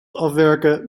afwerken